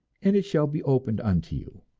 and it shall be opened unto you.